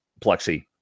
plexi